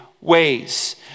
ways